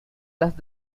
las